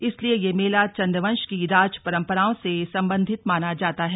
इसलिये यह मेला चंद वंश की राज परम्पराओं से संबंधित माना जाता है